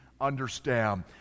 Understand